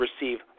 receive